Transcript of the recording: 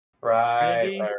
Right